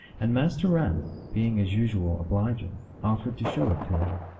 and master rabbit, being as usual obliging, offered to show it to him.